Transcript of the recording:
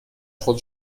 خود